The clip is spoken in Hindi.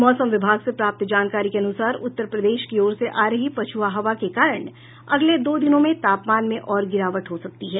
मौसम विभाग से प्राप्त जानकारी के अनुसार उत्तरप्रदेश की ओर से आ रही पछुआ हवा के कारण अगले दो दिनों में तापमान में और गिरावट हो सकती है